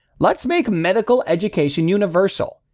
let's make medical education universal,